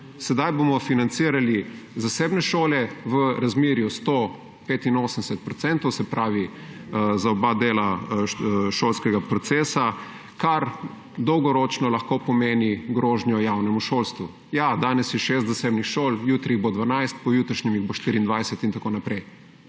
Sedaj bomo financirali zasebne šole v razmerju 100%, 85 %, se pravi za oba dela šolskega procesa, kar dolgoročno lahko pomeni grožnjo javnemu šolstvu. Ja, danes je šest zasebnih šol, jutri jih bo 12, pojutrišnjem jih bo 24 in tako naprej.